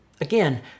Again